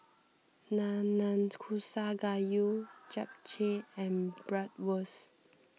Nanakusa Gayu Japchae and Bratwurst